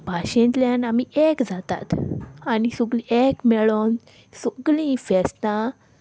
भाशेंतल्यान आमी एक जातात आनी सगळीं एक मेळोन सगळीं फेस्तां